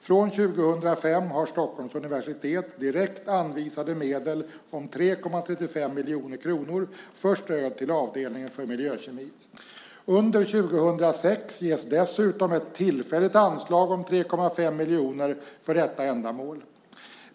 Från 2005 har Stockholms universitet direkt anvisade medel om 3,35 miljoner kronor för stöd till avdelningen för miljökemi. Under 2006 ges dessutom ett tillfälligt anslag om 3,5 miljoner kronor för detta ändamål.